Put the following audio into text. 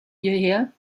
hierher